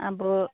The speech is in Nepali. अब